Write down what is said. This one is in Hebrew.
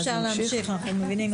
אפשר להמשיך, אנחנו מבינים.